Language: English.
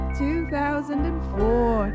2004